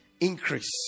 increase